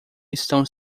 estão